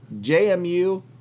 JMU